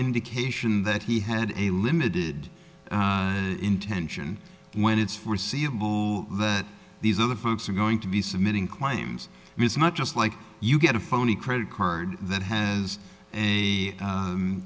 indication that he had a limited intention when it's foreseeable that these other folks are going to be submitting claims it's not just like you get a phony credit card that has